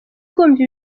kwumva